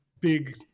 big